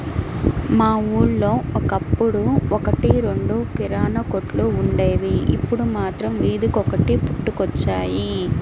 మా ఊళ్ళో ఒకప్పుడు ఒక్కటి రెండు కిరాణా కొట్లే వుండేవి, ఇప్పుడు మాత్రం వీధికొకటి పుట్టుకొచ్చాయి